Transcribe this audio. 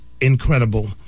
incredible